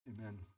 Amen